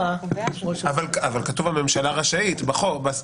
בחוק "הממשלה רשאית".